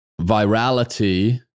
virality